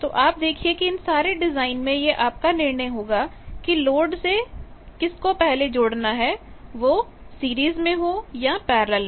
तो आप देखिए कि इन सारे डिजाइन में यह आपका निर्णय होगा कि लोड से जिसको पहले जोड़ना है वह सीरीज में हो या पैरलल में